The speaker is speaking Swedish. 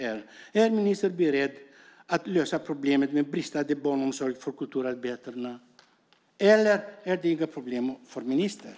Är ministern beredd att lösa problemet med bristande barnomsorg för kulturarbetare eller är det här inte ett problem för ministern?